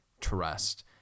trust